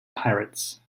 pirates